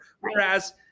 Whereas